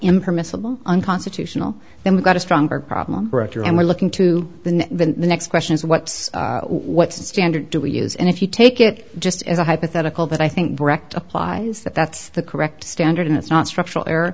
impermissible unconstitutional then we got a stronger problem right year and we're looking to the next question is what's what standard do we use and if you take it just as a hypothetical that i think brecht applies that that's the correct standard and it's not structural